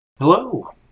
Hello